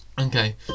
Okay